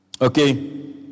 okay